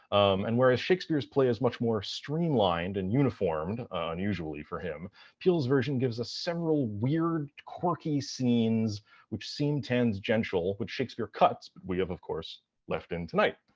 and whereas shakespeare's play is much more streamlined and uniformed unusually for him peele's version gives us several weird quirky scenes which seem tangential, which shakespeare cuts, but we have of course left in tonight.